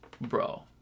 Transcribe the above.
bro